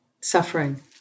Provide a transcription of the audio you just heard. suffering